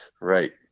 Right